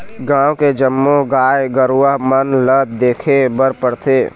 गाँव के जम्मो गाय गरूवा मन ल देखे बर परथे